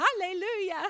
hallelujah